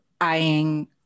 eyeing